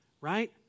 right